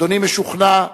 אדוני משוכנע,